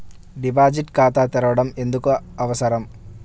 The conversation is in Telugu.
డిపాజిట్ ఖాతా తెరవడం ఎందుకు అవసరం?